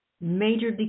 Major